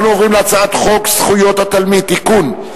אנחנו עוברים להצעת חוק זכויות התלמיד (תיקון,